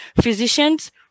physicians